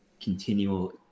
continual